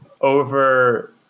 over